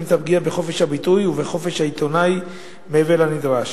את הפגיעה בחופש הביטוי ובחופש העיתונאי מעבר לנדרש.